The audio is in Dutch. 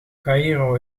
caïro